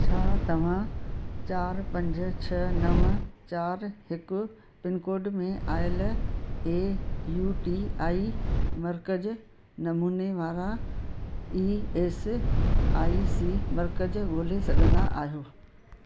छा तव्हां चारि पंज छ नव चारि हिकु पिनकोड में आयल ऐं यूटीआई मर्कज़ नमूने वारा ई एस आई सी मर्कज़ ॻोल्हे सघंदा आहियो